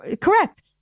correct